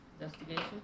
Investigation